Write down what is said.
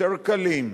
יותר קלים,